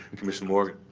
commissioner morgan.